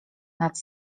nad